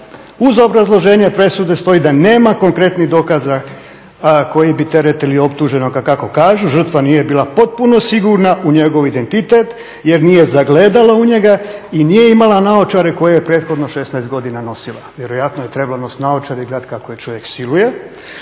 uz obrazloženje presude stoji da nema konkretnih dokaza koji bi teretili optuženog, a kako kažu žrtva nije bila potpuno sigurna u njegov identitet jer nije zagledala u njega i nije imala naočale koje je prethodno 16 godina nosila, vjerojatno je trebala nositi naočale i gledati kako je čovjek siluje.